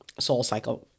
SoulCycle